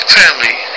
family